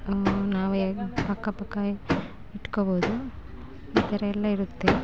ನಾವೇ ಅಕ್ಕ ಪಕ್ಕ ಇಟ್ಕೊಳ್ಬೋದು ಈ ಥರ ಎಲ್ಲ ಇರುತ್ತೆ